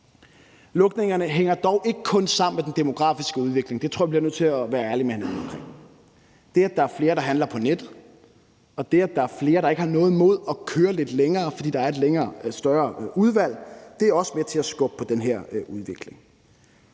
Lukningerne hænger dog ikke kun sammen med den demografiske udvikling. Det tror jeg vi bliver nødt til at være ærlige over for hinanden om. Det, at der er flere, der handler på nettet, og det, at der er flere, der ikke har noget imod at køre lidt længere, fordi der er et større udvalg, er også med til at skubbe på den her udvikling.